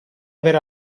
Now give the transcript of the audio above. aver